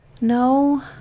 No